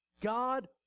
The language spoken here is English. God